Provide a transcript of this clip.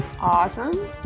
Awesome